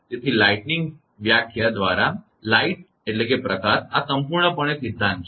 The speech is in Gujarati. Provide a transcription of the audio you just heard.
તેથી વીજળી વ્યાખ્યા દ્વારા પ્રકાશ આ સંપૂર્ણપણે સિદ્ધાંત છે